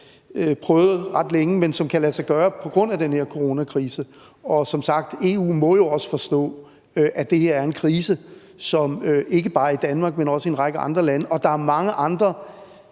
prøvet ret længe, men som nu kan lade sig gøre på grund af den her coronakrise. Og som sagt må EU jo også forstå, at det her er en krise, ikke bare i Danmark, men også i en række andre lande. Og der er mange andre